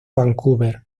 vancouver